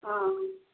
ହଁ